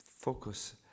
focus